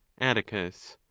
atticus.